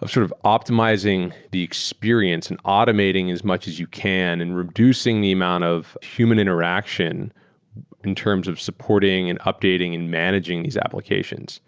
of sort of optimizing the experience and automating as much as you can and reducing the amount of human interaction in terms of supporting and updating and managing these applications.